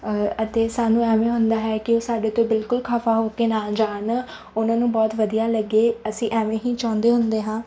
ਅਤੇ ਸਾਨੂੰ ਐਵੇਂ ਹੁੰਦਾ ਹੈ ਕਿ ਉਹ ਸਾਡੇ ਤੋਂ ਬਿਲਕੁਲ ਖਫ਼ਾ ਹੋ ਕੇ ਨਾ ਜਾਣ ਉਹਨਾਂ ਨੂੰ ਬਹੁਤ ਵਧੀਆ ਲੱਗੇ ਅਸੀਂ ਐਵੇਂ ਹੀ ਚਾਹੁੰਦੇ ਹੁੰਦੇ ਹਾਂ